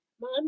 Mom